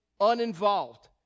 uninvolved